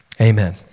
Amen